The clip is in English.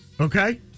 Okay